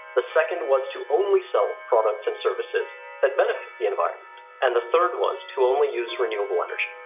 the second was to only sell products and services that benefit the environment and the third was to only use renewable energy.